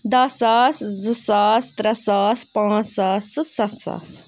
دَہ ساس زٕ ساس ترٛےٚ ساس پانٛژھ ساس تہٕ سَتھ ساس